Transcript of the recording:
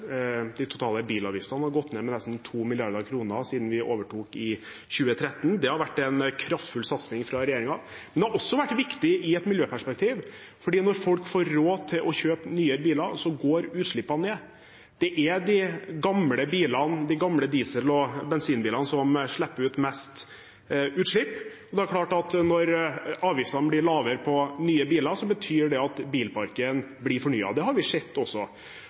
de totale bilavgiftene har gått ned med nesten 2 mrd. kr siden vi overtok i 2013. Det har vært en kraftfull satsing fra regjeringen. Men det har også vært viktig i et miljøperspektiv, for når folk får råd til å kjøpe nye biler, går utslippene ned. Det er de gamle dieselbilene og bensinbilene som har mest utslipp. Når avgiftene blir lavere på nye biler, betyr det at bilparken blir fornyet. Det har vi også sett.